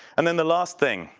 and then the last thing,